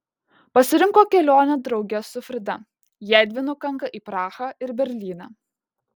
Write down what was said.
pasirinko kelionę drauge su frida jiedvi nukanka į prahą ir berlyną